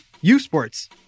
U-sports